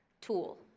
tool